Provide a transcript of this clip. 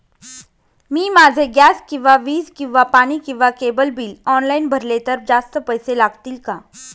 मी माझे गॅस किंवा वीज किंवा पाणी किंवा केबल बिल ऑनलाईन भरले तर जास्त पैसे लागतील का?